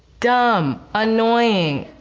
dumb, annoying.